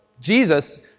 Jesus